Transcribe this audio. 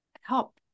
help